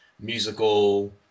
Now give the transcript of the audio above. musical